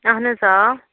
اَہن حظ